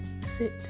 Sit